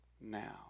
now